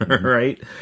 right